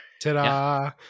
Ta-da